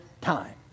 time